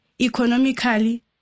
economically